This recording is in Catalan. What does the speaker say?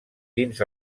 dins